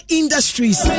industries